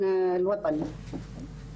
שלנו ברשות האוכלוסין שזה לוקח הרבה זמן,